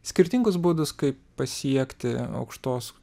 skirtingus būdus kaip pasiekti aukštos